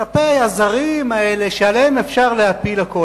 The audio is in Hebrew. כלפי הזרים האלה שעליהם אפשר להפיל הכול.